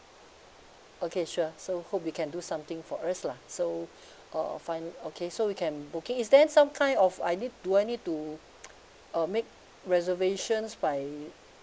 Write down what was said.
okay sure so hope you can do something for us lah so uh fine okay so we can booking is there some kind of I need do I need to uh make reservations by